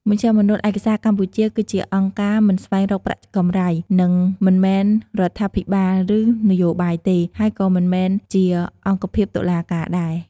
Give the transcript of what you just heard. មជ្ឈមណ្ឌលឯកសារកម្ពុជា គឺជាអង្គការមិនស្វែងរកប្រាក់កម្រៃ និង មិនមែនរដ្ឋាភិបាល ឬ នយោបាយទេ ហើយក៏មិនមែនជាអង្គភាពតុលាការដែរ។